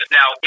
now